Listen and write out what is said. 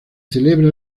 celebra